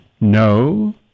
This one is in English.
No